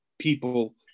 people